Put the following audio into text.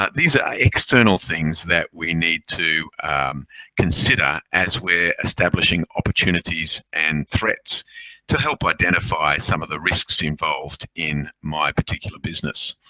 ah these are external things that we need to consider as we're establishing opportunities and threats to help identify some of the risks involved in my particular business.